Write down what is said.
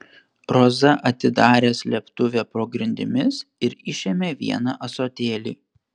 roza atidarė slėptuvę po grindimis ir išėmė vieną ąsotėlį